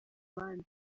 abandi